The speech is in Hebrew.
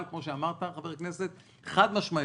כמו שאמר כאן חבר הכנסת חד-משמעית,